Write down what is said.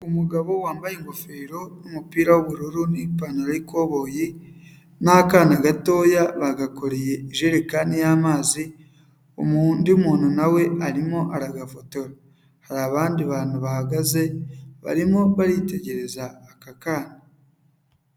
Umugabo wambaye ingofero n'umupira w'ubururu n'ipantaro arikoboyi n'akana gatoya bagakoreye jerekani y'amazi, undi muntu nawe arimo aragafotora, hari abandi bantu bahagaze barimo baritegereza aka kana.